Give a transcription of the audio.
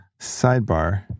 Sidebar